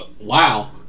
wow